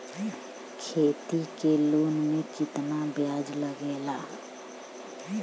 खेती के लोन में कितना ब्याज लगेला?